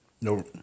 No